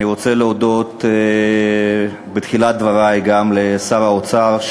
אני רוצה להודות בתחילת דברי גם לשר האוצר,